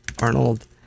Arnold